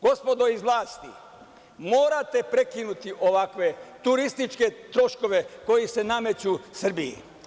Gospodo iz vlasti, morate prekinuti ovakve turističke troškove koji se nameću Srbiji.